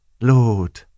Lord